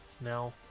Now